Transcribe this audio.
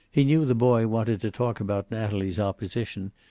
he knew the boy wanted to talk about natalie's opposition,